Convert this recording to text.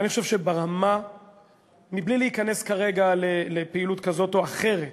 אני חושב, מבלי להיכנס כרגע לפעילות כזאת או אחרת